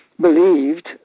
believed